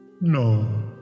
No